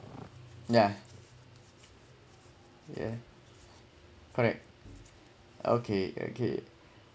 yeah yeah correct okay okay